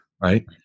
right